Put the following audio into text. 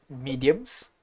mediums